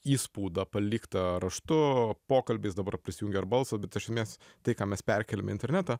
įspaudą paliktą raštu pokalbiais dabar prisijungia ir balso bet iš esmės tai ką mes perkėliam į internetą